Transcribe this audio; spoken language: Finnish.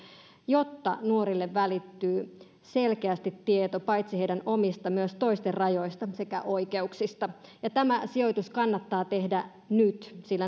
jotta nuorille välittyy selkeästi tieto paitsi heidän omista myös toisten rajoista sekä oikeuksista tämä sijoitus kannattaa tehdä nyt sillä